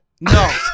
no